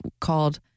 called